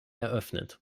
eröffnet